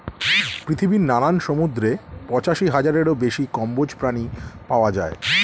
পৃথিবীর নানান সমুদ্রে পঁচাশি হাজারেরও বেশি কম্বোজ প্রাণী পাওয়া যায়